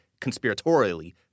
conspiratorially